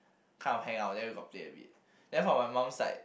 kind of hang out then we got play a bit then for my mom's side